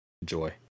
Enjoy